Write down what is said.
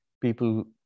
People